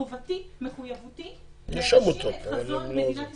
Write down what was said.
חובתי, מחויבותי להגשים את חזון מדינת ישראל.